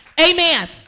Amen